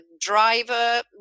driver